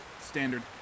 standard